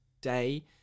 day